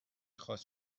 خواست